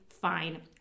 fine